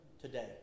today